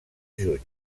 juny